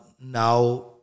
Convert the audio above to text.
now